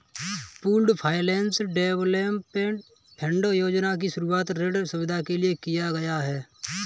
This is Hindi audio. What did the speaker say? पूल्ड फाइनेंस डेवलपमेंट फंड योजना की शुरूआत ऋण सुविधा के लिए किया गया है